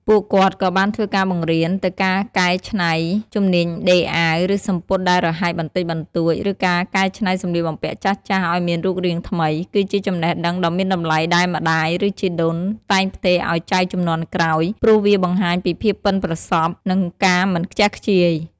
ពួកគាត់ក៍បានធ្វើការបង្រៀន ទៅការកែច្នៃ ជំនាញដេរអាវ ឬសំពត់ដែលរហែកបន្តិចបន្តួច ឬការកែច្នៃសម្លៀកបំពាក់ចាស់ៗឲ្យមានរូបរាងថ្មី គឺជាចំណេះដឹងដ៏មានតម្លៃដែលម្ដាយ ឬជីដូនតែងផ្ទេរឲ្យចៅជំនាន់ក្រោយ ព្រោះវាបង្ហាញពីភាពប៉ិនប្រសប់ និងការមិនខ្ជះខ្ជាយ។